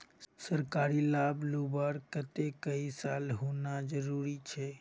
सरकारी लाभ लुबार केते कई साल होना जरूरी छे?